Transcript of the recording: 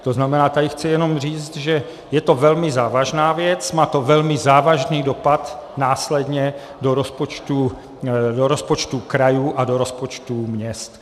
To znamená, tady chci jenom říct, že je to velmi závažná věc, má to velmi závažný dopad následně do rozpočtů krajů a do rozpočtů měst.